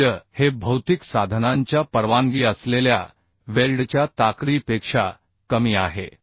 मूल्य हे भौतिक साधनांच्या परवानगी असलेल्या वेल्डच्या ताकदीपेक्षा कमी आहे